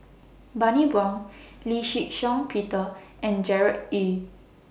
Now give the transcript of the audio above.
Bani Buang Lee Shih Shiong Peter and Gerard Ee